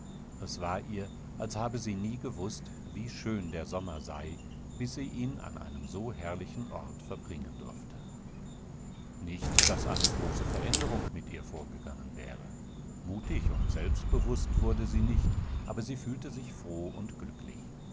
es war ihr als habe sie nie gewußt wie schön der sommersei bissieihnaneinemsoherrlichenortverbringendurfte nicht daß eine große veränderung mit ihr vorgegangen wäre mutig und selbstbewußt wurde sie nicht aber sie fühlte sich froh und glücklich